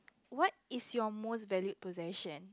what is your most valued possession